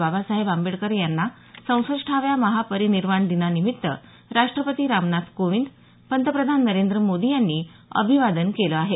बाबासाहेब आंबेडकर यांना चौसष्टाव्या महापरिनिर्वाण दिनानिमित्त राष्ट्रपती रामनाथ कोविंद पंतप्रधान नरेंद्र मोदी यांनी अभिवादन केलं आहे